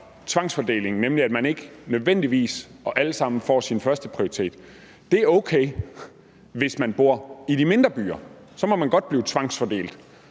tvangsfordeling, nemlig at ikke alle sammen nødvendigvis får deres førsteprioritet, er okay. Hvis man bor i de mindre byer, må man godt blive tvangsfordelt,